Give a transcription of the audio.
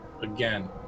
Again